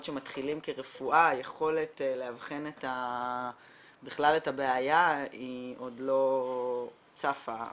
שמתחילים כרפואה היכולת לאבחן בכלל את הבעיה היא עוד לא צפה,